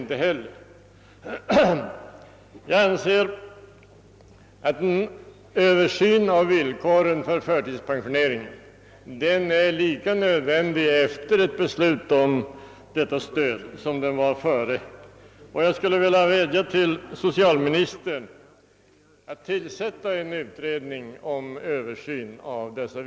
Jag anser att en översyn av villkoren för förtidspensionering är lika nödvändig efter ett beslut om detta stöd som den var tidigare, och jag vill vädja till socialministern att tillsätta en utredning för en sådan översyn.